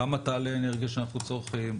כמה תעלה האנרגיה שאנחנו צורכים,